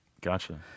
Gotcha